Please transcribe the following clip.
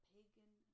Pagan